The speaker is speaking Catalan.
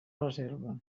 reserva